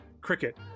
Cricket